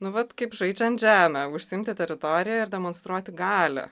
nu vat kaip žaidžiant žemę užsiimti teritoriją ir demonstruoti galią